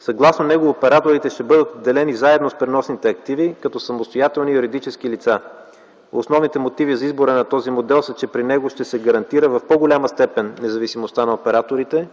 Съгласно него операторите ще бъдат отделени заедно с преносните активи като самостоятелни юридически лица. Основните мотиви за избора на този модел са, че при него ще се гарантира в по-голяма степен независимостта на операторите,